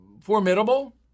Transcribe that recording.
formidable